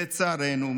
לצערנו,